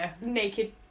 naked